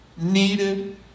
Needed